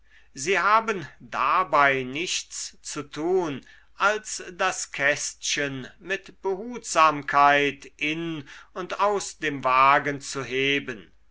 sie haben dabei nichts zu tun als das kästchen mit behutsamkeit in und aus dem wagen zu heben